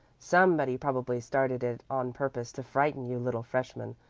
somebody probably started it on purpose to frighten you little freshmen.